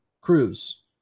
Cruise